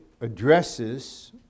addresses